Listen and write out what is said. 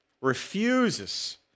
refuses